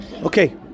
Okay